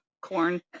Corn